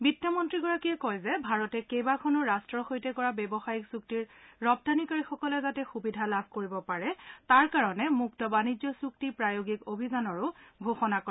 বিত্তমন্ত্ৰীগৰাকীযে ভাৰতে কেইবাখনো ৰাট্টৰ সৈতে কৰা ব্যৱসায়িক চুক্তিৰ ৰপ্তানিকাৰীসকলে সুবিধা লাভ কৰিবৰ কাৰণে মুক্ত বাণিজ্য চুক্তি প্ৰায়োগিক অভিযানৰো ঘোষণা কৰে